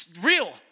Real